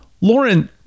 lauren